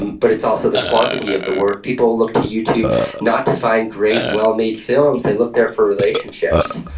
and but it's also the quantity of the work. people look to youtube not to find great, well-made films they look there for relationships.